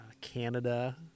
Canada